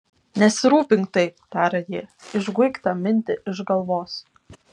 nesirūpink taip tarė ji išguik tą mintį iš galvos